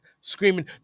screaming